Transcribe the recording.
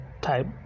type